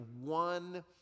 one